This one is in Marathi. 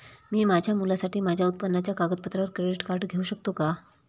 मी माझ्या मुलासाठी माझ्या उत्पन्नाच्या कागदपत्रांवर क्रेडिट कार्ड घेऊ शकतो का?